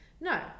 No